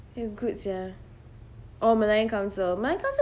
it's good sia oh malayan council malayan council